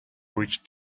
bridge